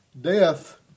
death